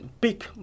big